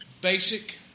basic